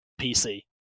PC